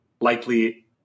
likely